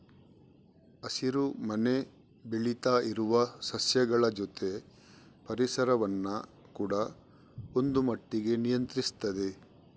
ಹಸಿರು ಮನೆ ಬೆಳೀತಾ ಇರುವ ಸಸ್ಯಗಳ ಜೊತೆ ಪರಿಸರವನ್ನ ಕೂಡಾ ಒಂದು ಮಟ್ಟಿಗೆ ನಿಯಂತ್ರಿಸ್ತದೆ